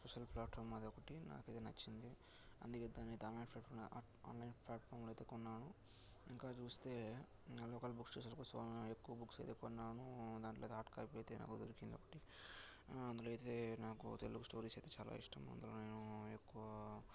special platform అదొకటి నాకైతే నచ్చింది అందుకే దానిని అయితే ఆన్లైన్ ప్లాట్ఫామ్ ఆన్లైన్ ప్లాట్ఫామ్లో అయితే కొన్నాను ఇంకా చూస్తే నాన్ లోకల్ బుక్ స్టాల్ ఎక్కువ బుక్స్ అయితే కొన్నాను దాంట్లో అయితే హాట్ కాఫీ అయితే నాకు దొరికింది ఒకటి అందులో అయితే నాకు తెలుగు స్టోరీస్ అయితే చాలా ఇష్టం అందులో నేను ఎక్కువ